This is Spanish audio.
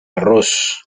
arroz